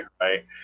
right